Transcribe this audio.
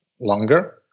longer